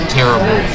terrible